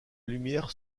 lumière